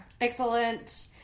Excellent